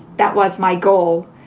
that was my goal.